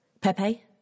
Pepe